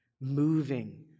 moving